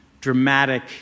dramatic